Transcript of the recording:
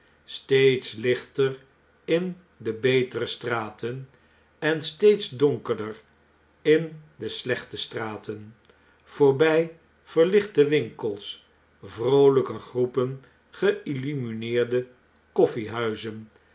steeds lichter in de betere straten en steeds donkerder in de slechte straten voorbg verlichte winkels vroolijke groepen geillumineerde